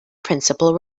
principal